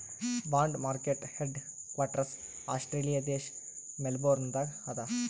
bond market headquarters Australia ದೇಶ್ Melbourne ದಾಗ್ ಅದಾ